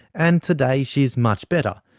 and today she is much better.